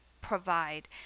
provide